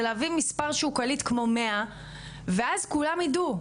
זה להביא מספר שהוא קליט כמו 100 ואז כולם ידעו,